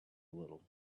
little